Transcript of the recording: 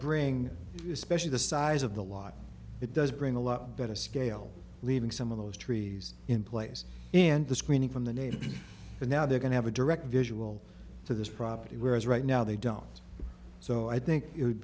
bring especially the size of the lot it does bring a lot better scale leaving some of those trees in place and the screening from the natives and now they're going to have a direct visual to this property whereas right now they don't so i think it would